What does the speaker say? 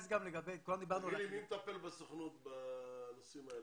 מי מטפל בסוכנות בנושאים האלה?